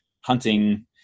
hunting